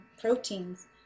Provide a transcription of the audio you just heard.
proteins